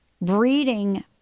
breeding